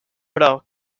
però